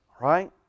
Right